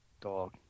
Dog